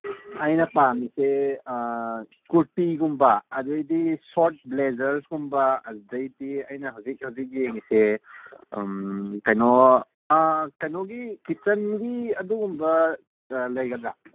ꯑꯩꯅ ꯄꯥꯝꯃꯤꯁꯦ ꯀꯨꯔꯇꯤꯒꯨꯝꯕ ꯑꯗꯨꯗꯒꯤꯗꯤ ꯁꯣꯔꯠ ꯕ꯭ꯂꯦꯖꯔꯁꯀꯨꯝꯕ ꯑꯗꯨꯗꯒꯤꯗꯤ ꯑꯩꯅ ꯍꯧꯖꯤꯛ ꯍꯧꯖꯤꯛ ꯌꯦꯡꯉꯤꯁꯦ ꯀꯩꯅꯣ ꯀꯩꯅꯣꯒꯤ ꯀꯤꯆꯟꯒꯤ ꯑꯗꯨꯒꯨꯝꯕ ꯂꯩꯒꯗ꯭ꯔꯥ